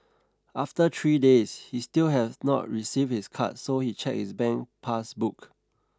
after three days he still had not received his card so he checked his bank pass book